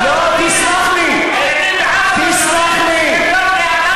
לא, תסלח לי, הם לא בני-אדם?